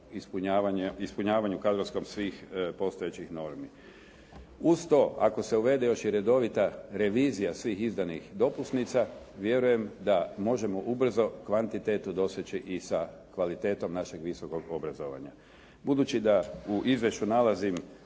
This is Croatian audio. ispunjavanju kadrovskom svih postojećih normi. Uz to ako se uvede još i redovita revizija svih izdanih dopusnica, vjerujem da možemo ubrzao kvantitetu doseći i sa kvalitetom našeg visokog obrazovanja. Budući da u izvješću nalazim